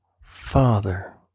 Father